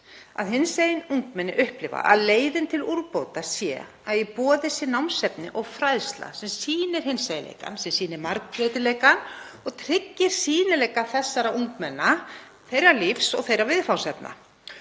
að hinsegin ungmenni upplifa að leiðin til úrbóta sem er í boði sé námsefni og fræðsla sem sýnir hinseginleikann og sýnir margbreytileikann og tryggir sýnileika þessara ungmenna, lífs þeirra og viðfangsefna.